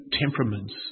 temperaments